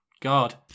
God